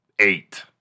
eight